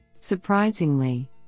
Surprisingly